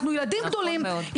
אנחנו ילדים גדולים.